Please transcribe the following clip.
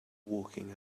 walking